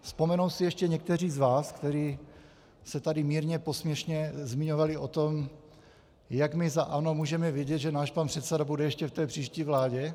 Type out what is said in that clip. Vzpomenou si ještě někteří z vás, kteří se tady mírně posměšně zmiňovali o tom, jak my za ANO můžeme vědět, že náš pan předseda bude ještě v té příští vládě?